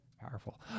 powerful